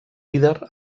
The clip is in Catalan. líder